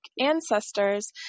ancestors